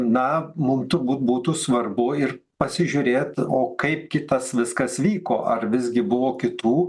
na mum turbūt būtų svarbu ir pasižiūrėt o kaip kitas viskas vyko ar visgi buvo kitų